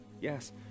yes